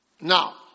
now